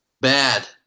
bad